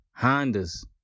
Hondas